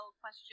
question